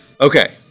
Okay